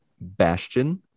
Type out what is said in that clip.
bastion